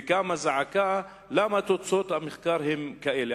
וקמה זעקה למה תוצאות המחקר הן כאלה.